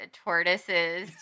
tortoises